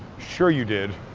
sure you did.